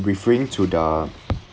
referring to the